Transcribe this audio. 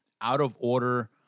out-of-order